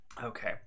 Okay